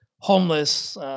homeless